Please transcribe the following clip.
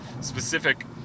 specific